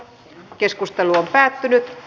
keskustelua ei syntynyt